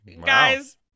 guys